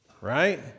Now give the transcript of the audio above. right